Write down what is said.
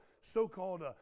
so-called